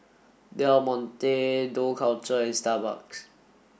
Del Monte Dough Culture and Starbucks